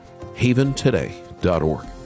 Haventoday.org